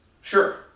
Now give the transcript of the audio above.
Sure